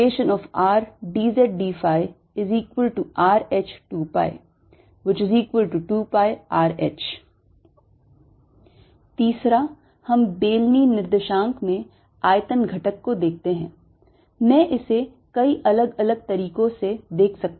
0RπR2 RdzdϕRh2π2πRh तीसरा हम बेलनी निर्देशांक में आयतन घटक को देखते हैं मैं इसे कई अलग अलग तरीकों से देख सकता हूं